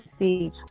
see